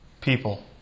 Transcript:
people